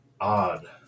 odd